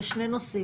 לשני נושאים,